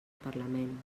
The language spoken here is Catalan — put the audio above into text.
parlament